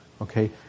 Okay